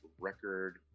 record